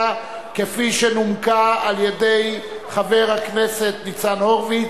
כפי שנומקה על-ידי חבר הכנסת ניצן הורוביץ,